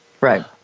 Right